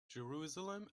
jerusalem